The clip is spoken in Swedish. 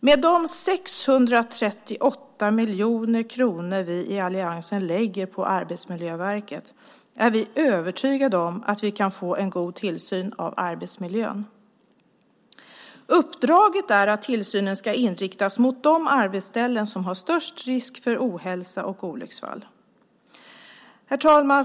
Med de 638 miljoner kronor som vi i alliansen lägger på Arbetsmiljöverket är vi övertygade om att vi kan få en god tillsyn av arbetsmiljön. Uppdraget är att tillsynen ska inriktas mot de arbetsställen som har störst risk för ohälsa och olycksfall. Herr talman!